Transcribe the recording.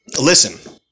listen